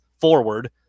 forward